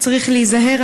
והוא צריך להיזהר.